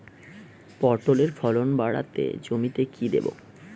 পটলের ফলন কাড়াতে জমিতে কি দেবো?